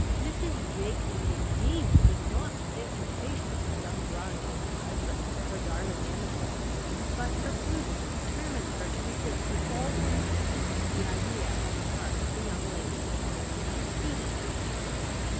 mrs. jakeman, indeed, could not think with patience of young grimes as a husband for her darling emily but her prudence determined her to resist with all her might the idea on the part of the young lady of proceeding to extremities.